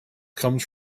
comes